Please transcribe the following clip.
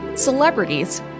Celebrities